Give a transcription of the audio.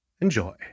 Enjoy